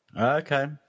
okay